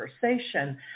conversation